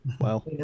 Wow